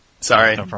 Sorry